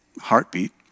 heartbeat